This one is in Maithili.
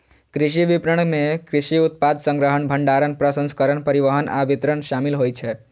कृषि विपणन मे कृषि उत्पाद संग्रहण, भंडारण, प्रसंस्करण, परिवहन आ वितरण शामिल होइ छै